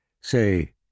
Say